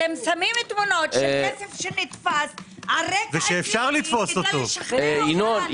אתם שמים תמונות של כסף שנתפס על רקע פלילי כדי לשכנע אותנו.